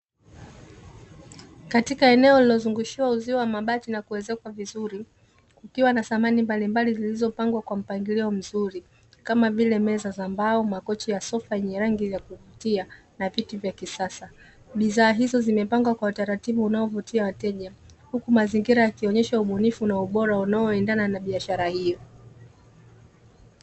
Katika eneo lililozungushiwa uzio wa mabati na kuezekwa vizuri, kukiwa za samani mbalimbali zilizopangwa kwa mpangilio mzuri, kama vile meza za mbao, makochi ya sofa yenye rangi ya kuvutia na viti vya kisasa. Bidhaa hizo zimepangwa kwa utaratibu unaovutia wateja, huku mazingira yakionyesha ubunifu na ubora unaoendana na biashara hiyo.